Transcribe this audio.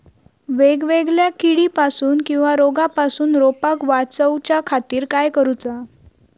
वेगवेगल्या किडीपासून किवा रोगापासून रोपाक वाचउच्या खातीर काय करूचा?